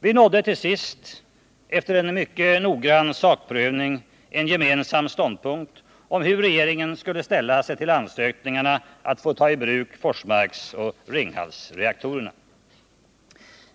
Vi nådde till sist — efter en mycket noggrann sakprövning — en gemensam ståndpunkt om hur regeringen skulle ställa sig till ansökningarna att få ta i bruk Forsmarksoch Ringhalsreaktorerna.